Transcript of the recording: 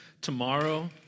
tomorrow